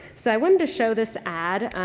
so, i wanted to show this ad.